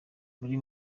muri